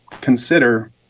consider